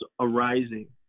arising